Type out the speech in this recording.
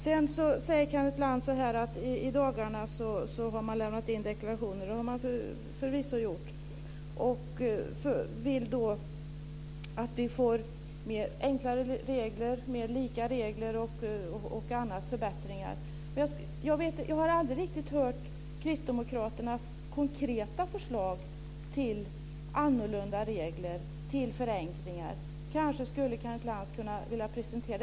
Sedan talar Kenneth Lantz om att man i dagarna har lämnat in deklarationer. Det har man förvisso gjort. Han vill att vi ska få enklare regler, mer lika regler och andra förbättringar. Men jag har aldrig riktigt hört kristdemokraternas konkreta förslag till annorlunda regler, till förenklingar. Kanske skulle Kenneth Lantz vilja presentera dem.